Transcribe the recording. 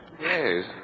Yes